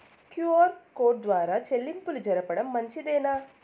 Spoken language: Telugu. క్యు.ఆర్ కోడ్ ద్వారా చెల్లింపులు జరపడం మంచిదేనా?